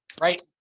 right